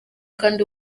kandi